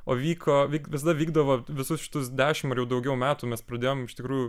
o vyko vyk visada vykdavo visus šitus dešimt ar jau daugiau metų mes pradėjom iš tikrųjų